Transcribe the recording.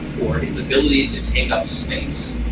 or its ability to take up space.